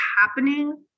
happening